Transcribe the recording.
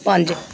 ਪੰਜ